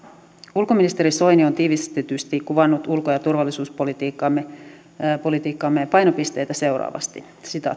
ulkoministeri soini on tiivistetysti kuvannut ulko ja turvallisuuspolitiikkamme painopisteitä seuraavasti